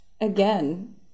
again